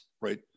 right